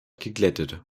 geglättet